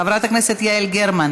חברת הכנסת יעל גרמן,